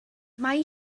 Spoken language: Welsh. mae